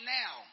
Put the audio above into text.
now